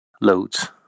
loads